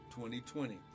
2020